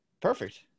Perfect